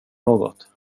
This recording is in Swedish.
något